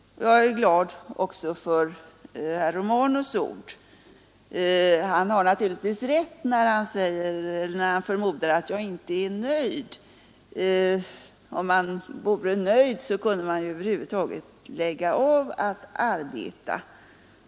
Jag är också glad för herr Romanus” ord. Han har naturligtvis rätt när han förmodar att jag inte är nöjd. Om man vore nöjd så kunde man över huvud taget lägga av med att arbeta.